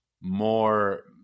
more